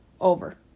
over